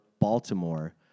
Baltimore